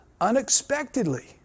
unexpectedly